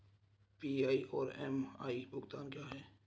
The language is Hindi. पी.आई और एम.आई भुगतान क्या हैं?